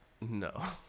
No